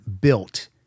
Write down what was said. built